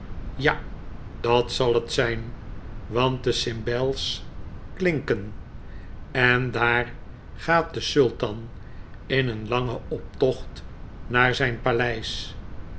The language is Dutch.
ja dat zal het zijn want de cimbels klinken en daar gaat de sultan in een langen optocht naar zyn paleis